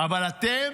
אבל אתם?